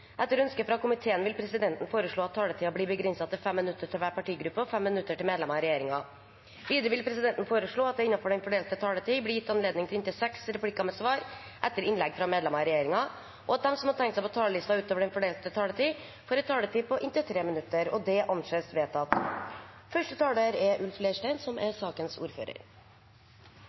Etter ønske fra komiteen vil presidenten foreslå at taletiden blir begrenset til 5 minutter til hver partigruppe og 5 minutter til medlemmer av regjeringen. Videre vil presidenten foreslå at det – innenfor den fordelte taletid – blir gitt anledning til inntil seks replikker med svar etter innlegg fra medlemmer av regjeringen, og at de som måtte tegne seg på talerlisten utover den fordelte taletid, får en taletid på inntil 3 minutter. – Det anses vedtatt.